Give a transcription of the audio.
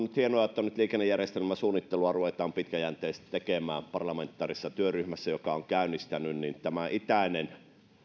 nyt liikennejärjestelmän suunnittelua ruvetaan pitkäjänteisesti tekemään parlamentaarisessa työryhmässä joka on käynnistynyt tämä itäinen